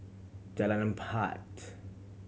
Jalan Empat